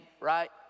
right